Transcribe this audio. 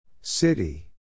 City